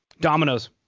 Dominoes